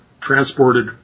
transported